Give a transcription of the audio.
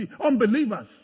unbelievers